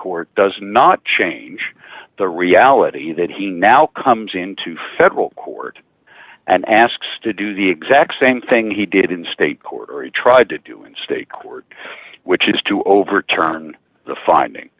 court does not change the reality that he now comes into federal court and asks to do the exact same thing he did in state court or he tried to do in state court which is to overturn the finding